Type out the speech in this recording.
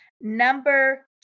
number